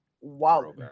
Wow